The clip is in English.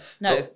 No